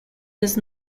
does